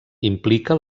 implica